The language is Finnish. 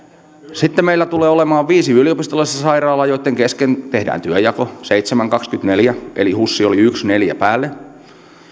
sitten meillä tulee olemaan viisi yliopistollista sairaalaa joitten kesken tehdään työnjako seitsemän kautta kaksikymmentäneljä eli hus oli yksi neljä päälle